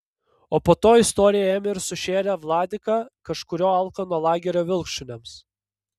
o po to istorija ėmė ir sušėrė vladiką kažkurio alkano lagerio vilkšuniams